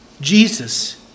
Jesus